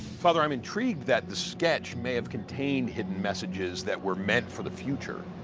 father, i'm intrigued that the sketch may have contained hidden messages that were meant for the future.